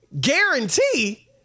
guarantee